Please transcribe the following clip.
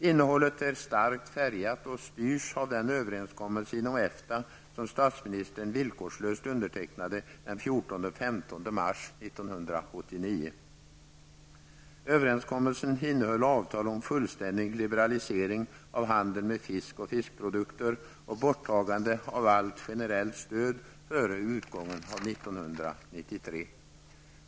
Innehållet är starkt färgat av och styrs av den överenskommelse inom EFTA som statsministern villkorslöst undertecknade den 14--15 mars 1989. Överenskommelsen innehöll avtal om fullständig liberalisering av handeln med fisk och fiskprodukter och om borttagande av alla generella stöd före utgången av 1993.